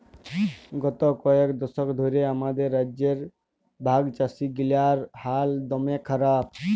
গত কয়েক দশক ধ্যরে আমাদের রাজ্যে ভাগচাষীগিলার হাল দম্যে খারাপ